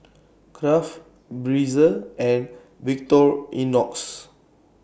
Kraft Breezer and Victorinox